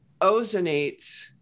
ozonates